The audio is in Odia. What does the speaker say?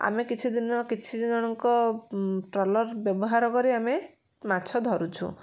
ଆମେ କିଛି ଦିନର କିଛି ଜଣଙ୍କ ଟ୍ରଲର ବ୍ୟବହାର କରି ଆମେ ମାଛ ଧରୁଛୁ